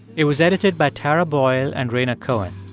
it was edited by tara boyle and rhaina cohen.